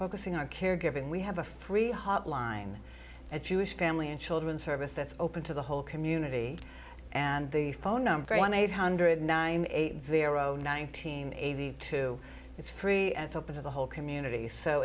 focusing our caregiving we have a free hotline at jewish family and children service that's open to the whole community and the phone number one eight hundred nine eight zero nine hundred eighty two it's free and open to the whole community so